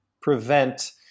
prevent